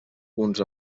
uns